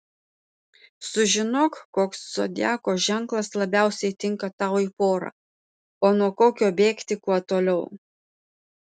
sužinok koks zodiako ženklas labiausiai tinka tau į porą o nuo kokio bėgti kuo toliau